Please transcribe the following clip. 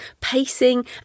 pacing